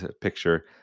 picture